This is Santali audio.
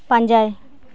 ᱯᱟᱸᱡᱟᱭ